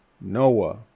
Noah